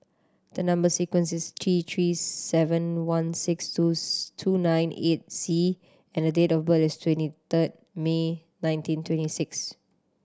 the number sequence is T Three seven one six twos two nine eight C and date of birth is twenty third May nineteen twenty six